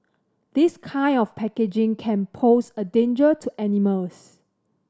this kind of packaging can pose a danger to animals